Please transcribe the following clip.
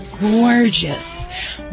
gorgeous